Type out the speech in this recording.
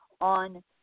on